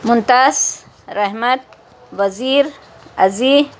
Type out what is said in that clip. Mumtaz Rahmat Wazir Aziz